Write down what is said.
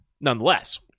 nonetheless